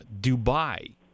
Dubai